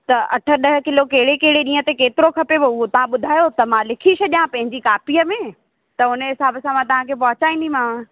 त अठ ॾह किलो कहिड़े कहिड़े ॾींह ते केतिरो खपेव त उहो तव्हां ॿुधायो त मां लिखी छॾियां पहिंजी कॉपीअ में त हुन हिसाब सां मां तव्हांखे पहुचाईंदीमाव